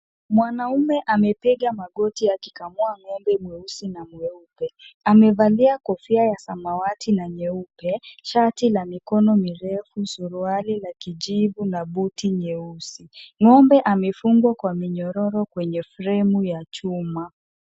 Mwanamume amepiga magoti akikamua ng'ombe mweusi na mweupe. Amevalia kofia ya samawati na nyeupe, shati la mikono mirefu, suruali la kijivu na buti nyeusi. Ng'ombe amefungwa kwa minyororo kwenye fremu ya chuma.